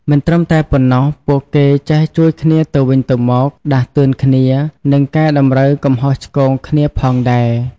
មិនត្រឹមតែប៉ុណ្ណោះ ពួកគេចេះជួយគ្នាទៅវិញទៅមក ដាស់តឿនគ្នា និងកែតម្រូវកំហុសឆ្គងគ្នាផងដែរ។